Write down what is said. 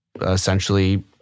essentially